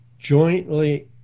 jointly